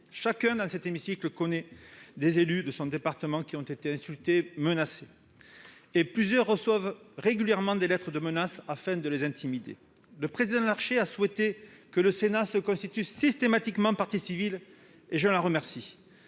Chacun, dans cet hémicycle, connaît dans son département des élus qui ont été insultés ou menacés. Plusieurs élus reçoivent régulièrement des lettres de menaces destinées à les intimider. Le président Larcher a souhaité que le Sénat se constitue systématiquement partie civile lorsque